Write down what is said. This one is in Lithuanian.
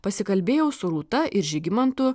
pasikalbėjau su rūta ir žygimantu